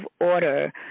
order